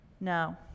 No